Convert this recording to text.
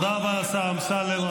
תודה רבה לשר אמסלם.